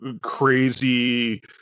crazy